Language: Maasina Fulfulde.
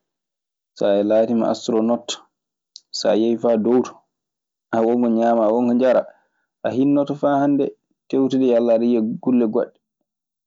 so a laatiima astronot, so a yehii faa dow too. A won ko ñaamaa, a won ko njaraa. A hinnoto faa hannde tewtude yalla aɗe yiya kulle goɗɗe,